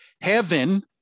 Heaven